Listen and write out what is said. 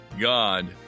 God